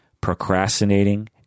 procrastinating